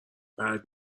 بعد